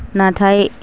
नाथाय